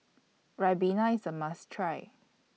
Ribena IS A must Try